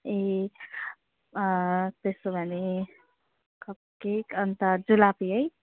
ए त्यसो भने cupcake अन्त जुलपी है